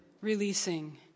releasing